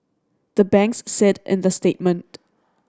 the banks said in the statement